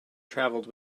travelled